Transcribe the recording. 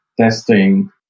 testing